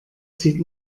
zieht